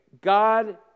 God